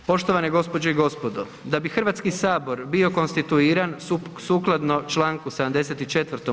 Poštovane gospođe i gospodo, da bi Hrvatski sabor bio konstituiran sukladno čl. 74.